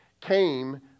came